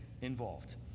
involved